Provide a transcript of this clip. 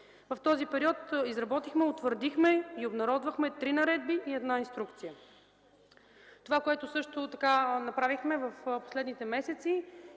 В този период изработихме, утвърдихме и обнародвахме три наредби и една инструкция. Това, което също направихме в последните месеци,